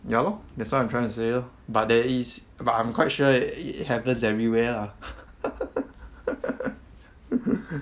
ya lor that's what I'm trying to say lor but there is but I'm quite sure i~ it happens everywhere lah